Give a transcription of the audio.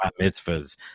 mitzvahs